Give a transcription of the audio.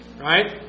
right